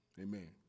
Amen